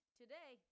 today